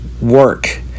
work